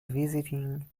visiting